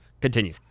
Continue